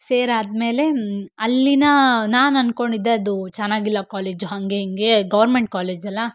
ಸೇರಾದ ಮೇಲೆ ಅಲ್ಲಿ ನಾನು ಅನ್ಕೊಂಡಿದ್ದೆ ಅದು ಚೆನ್ನಾಗಿಲ್ಲ ಕಾಲೇಜು ಹಾಗೆ ಹೀಗೆ ಗೌರ್ಮೆಂಟ್ ಕಾಲೇಜ್ ಅಲ್ಲಾ